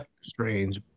strange